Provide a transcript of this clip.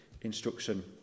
instruction